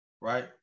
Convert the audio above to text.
Right